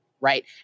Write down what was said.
Right